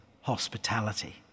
hospitality